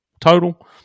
total